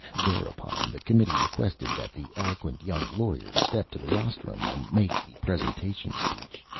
thereupon the committee requested that the eloquent young lawyer step to the rostrum and make the presentation speech.